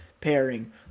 pairing